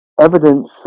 evidence